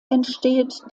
entsteht